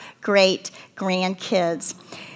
great-grandkids